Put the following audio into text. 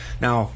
Now